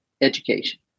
education